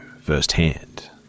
firsthand